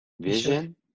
vision